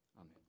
Amen